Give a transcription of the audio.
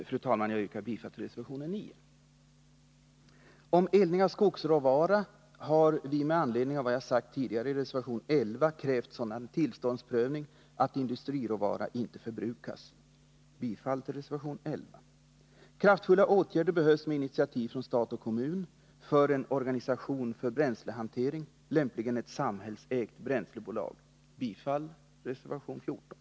Fru talman! Jag yrkar bifall till reservation 9. Om eldning av skogsråvara har vi, med anledning av det jag sagt tidigare, i reservation 11 krävt sådan tillståndsprövning att industriråvara inte förbrukas. Jag yrkar bifall till reservation 11. Kraftfulla åtgärder behövs, med initiativ från stat och kommun, för en organisation för bränslehantering — lämpligen ett samhällsägt bränslebolag. Jag yrkar bifall till reservation 14.